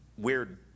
weird